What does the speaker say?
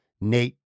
Nate